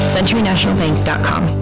CenturyNationalBank.com